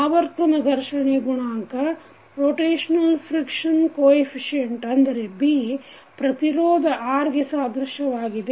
ಆವರ್ತನ ಘರ್ಷಣೆ ಗುಣಾಂಕ ಅಂದರೆ B ಪ್ರತಿರೋಧ R ಗೆ ಸಾದೃಶ್ಯವಾಗಿದೆ